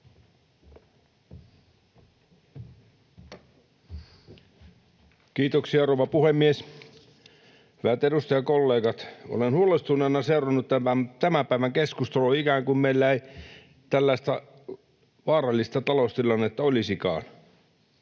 Kiitoksia, rouva puhemies! Hyvät edustajakollegat, olen huolestuneena seurannut tämän päivän keskustelua: ikään kuin meillä ei tällaista vaarallista taloustilannetta olisikaan.